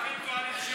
כספים קואליציוניים,